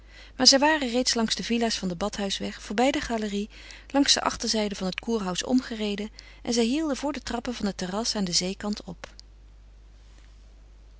maar zij waren reeds langs de villa's van den badhuisweg voorbij de galerie langs de achterzijde van het kurhaus omgereden en zij hielden voor de trappen van het terras aan den zeekant op